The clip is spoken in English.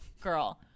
girl